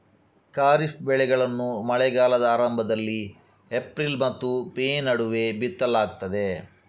ಖಾರಿಫ್ ಬೆಳೆಗಳನ್ನು ಮಳೆಗಾಲದ ಆರಂಭದಲ್ಲಿ ಏಪ್ರಿಲ್ ಮತ್ತು ಮೇ ನಡುವೆ ಬಿತ್ತಲಾಗ್ತದೆ